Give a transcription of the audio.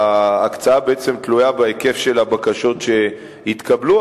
וההקצאה בעצם תלויה בהיקף הבקשות שיתקבלו,